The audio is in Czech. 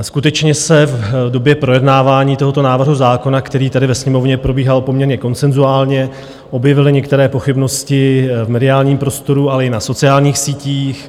Skutečně se v době projednávání tohoto návrhu zákona, které tady ve Sněmovně probíhalo poměrně konsenzuálně, objevily některé pochybnosti v mediálním prostoru, ale i na sociálních sítích.